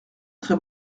très